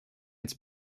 its